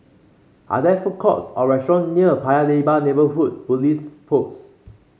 are there food courts or restaurant near Paya Lebar Neighbourhood Police Post